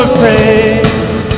praise